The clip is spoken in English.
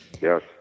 Yes